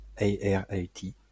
A-R-A-T